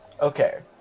okay